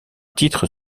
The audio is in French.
titre